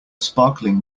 sparkling